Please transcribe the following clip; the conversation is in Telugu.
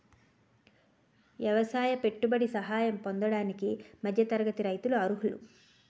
ఎవసాయ పెట్టుబడి సహాయం పొందడానికి మధ్య తరగతి రైతులు అర్హులు